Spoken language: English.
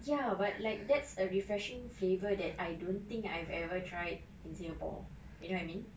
ya but like that's a refreshing flavour that I don't think I've ever tried in singapore you know what